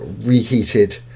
reheated